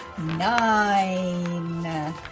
Nine